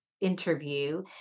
interview